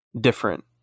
different